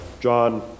John